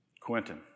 Quentin